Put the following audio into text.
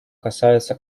касаются